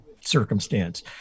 circumstance